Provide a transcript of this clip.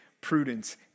prudence